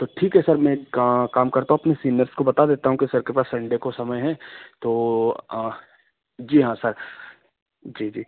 तो ठीक है सर मैं एक काम करता हूँ अपने सीनियर्स को बता देता हूँ कि सर के पास संडे को समय है तो जी हाँ सर जी जी